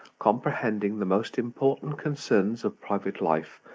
comprehending the most important concerns of private life.